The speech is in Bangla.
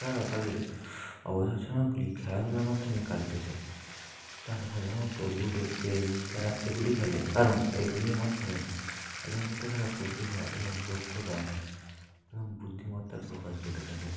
তারাও তাদের অবসর সময়গুলি খেলাধূলার মাধ্যমে কাটাতে চায় তারা সাধারণত লুডো চেস ক্যারম এগুলি খেলে কারণ এগুলির মাধ্যমে তাদের মধ্যে থাকা প্রতিভা এবং দক্ষতা এবং বুদ্ধিমত্তার প্রকাশ ঘটে থাকে